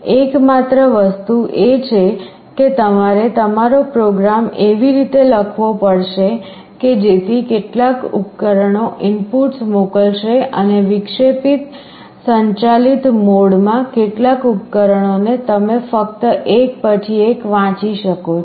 એકમાત્ર વસ્તુ એ છે કે તમારે તમારો પ્રોગ્રામ એવી રીતે લખવો પડશે કે જેથી કેટલાક ઉપકરણો ઇનપુટ્સ મોકલશે અને વિક્ષેપિત સંચાલિત મોડમાં કેટલાક ઉપકરણોને તમે ફક્ત એક પછી એક વાંચી શકો છો